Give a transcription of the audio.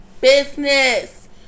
business